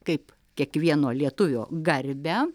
kaip kiekvieno lietuvio garbę